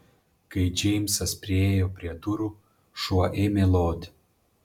kai džeimsas priėjo prie durų šuo ėmė loti